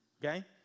okay